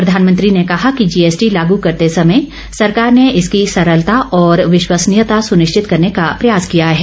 प्रधानमंत्री ने कहा कि जीएसटी लागू करते समय सरकार ने इसकी सरलता और विश्वस्नीयता सुनिश्चित करने का प्रयास किया है